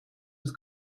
het